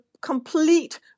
complete